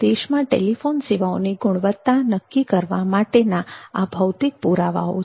તો દેશમાં ટેલિફોન સેવાઓની ગુણવત્તા નક્કી કરવા માટે આ ભૌતિક પુરાવાઓ છે